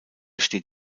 steht